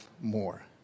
more